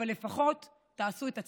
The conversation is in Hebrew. אבל לפחות תעשו את עצמכם,